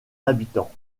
habitants